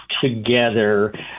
together